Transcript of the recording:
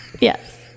Yes